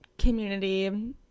community